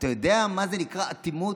אתה יודע מה זה נקרא אטימות?